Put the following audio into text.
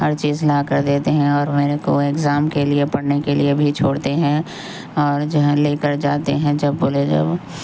ہر چیز لاکر دیتے ہیں اور میرے پورے ایکزام کے لیے پڑھنے کے لیے بھی چھوڑتے ہیں اور جو ہے لے کر جاتے ہیں جب بولے جب